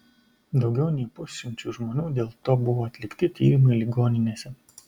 daugiau nei pusšimčiui žmonių dėl to buvo atlikti tyrimai ligoninėse